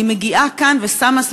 היא מגיעה לכאן ושמה,